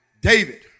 David